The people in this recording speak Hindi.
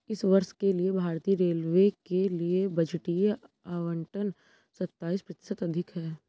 इस वर्ष के लिए भारतीय रेलवे के लिए बजटीय आवंटन सत्ताईस प्रतिशत अधिक है